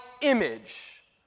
image